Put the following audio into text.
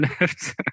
left